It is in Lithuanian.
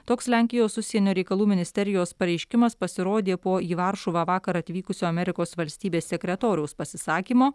toks lenkijos užsienio reikalų ministerijos pareiškimas pasirodė po į varšuvą vakar atvykusio amerikos valstybės sekretoriaus pasisakymo